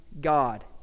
God